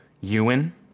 Ewan